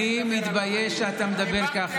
אל תדאג לאיך אני מדבר, אני מתבייש שאתה מדבר ככה.